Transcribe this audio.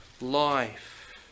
life